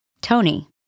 Tony